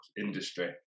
industry